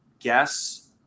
guess